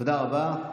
תודה רבה.